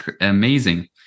amazing